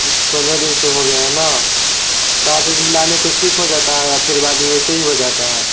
दस पंद्रह दिन से हो गया ना तार ऊर हिलाने पर ठीक हो जाता है या फ़िर बाद में वैसे ही हो जाता है